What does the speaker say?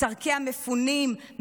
צורכי המפונים,